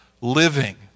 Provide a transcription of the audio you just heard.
living